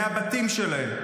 מהבתים שלהם.